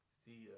see